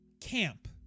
camp